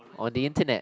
on the internet